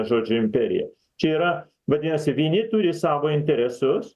žodžiu imperiją čia yra vadinasi vieni turi savo interesus